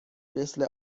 مثل